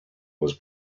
was